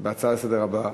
בגלל ההצעה לסדר הבאה,